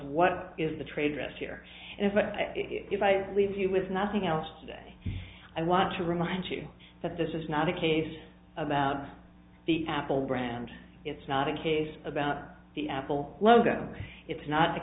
what is the trade risk here if what if i leave you with nothing else to say i want to remind you that this is not a case about the apple brand it's not a case about the apple logo it's not